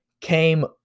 Came